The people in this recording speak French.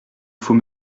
faut